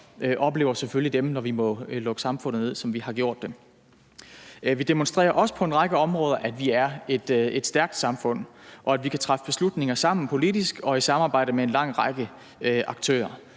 i forvejen udsatte grupper, når vi må lukke samfundet ned, som vi har gjort det. Vi demonstrerer også på en række områder, at vi er et stærkt samfund, og at vi kan træffe beslutninger sammen politisk og i samarbejde med en lang række aktører.